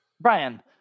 Brian